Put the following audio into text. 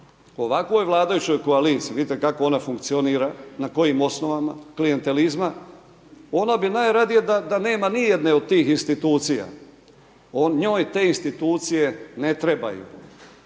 ovakvoj vladajućoj koaliciji, vidite kako ona funkcionira, na kojim osnovama klijantelizma, ona bi najradije da nema nijedne od tih institucija. Njoj te institucije ne trebaju.